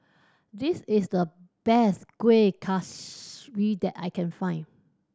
this is the best Kueh Kaswi that I can find